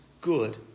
Good